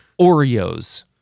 Oreos